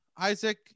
Isaac